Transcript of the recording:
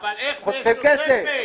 אבל איך זאת תוספת?